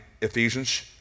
Ephesians